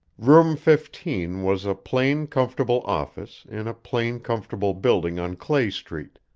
room fifteen was a plain, comfortable office in a plain, comfortable building on clay street,